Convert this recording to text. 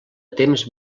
temps